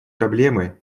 проблемы